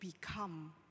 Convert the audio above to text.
become